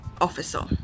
officer